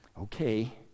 okay